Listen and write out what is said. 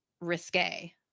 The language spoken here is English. risque